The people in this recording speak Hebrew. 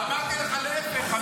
אמרתי לך להפך,